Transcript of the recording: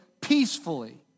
peacefully